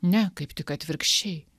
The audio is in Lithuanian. ne kaip tik atvirkščiai